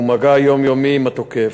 ומגע יומיומי עם התוקף.